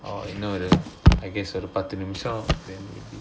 இன்னும் ஒரு:innum oru I guess ஒரு பத்து நிமிஷம்:oru pathu nimisham